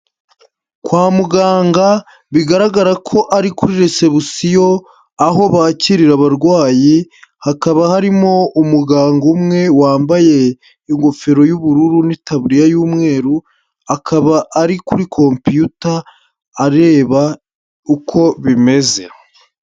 Kwa muganga bigaragara ko ari kuri resebusiyo, aho bakirira abarwayi, hakaba harimo umuganga umwe wambaye ingofero y'ubururu n'itaburiya y'umweru, akaba ari kuri kompiyuta areba uko bimeze.